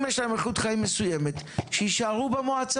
אם יש להם איכות חיים מסוימת, שיישארו במועצה.